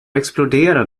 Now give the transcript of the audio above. exploderar